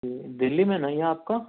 جی دِلّی میں نہیں ہے آپ کا